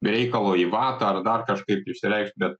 be reikalo į vatą ar dar kažkaip išsireikšt bet